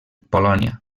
polònia